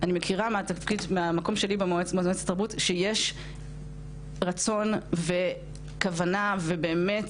אני מכירה מהמקום שלי במועצת התרבות שיש רצון וכוונה ובאמת